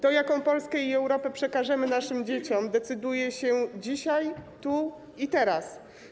To, jaką Polskę i Europę przekażemy naszym dzieciom, decyduje się dzisiaj, tu i teraz.